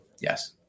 Yes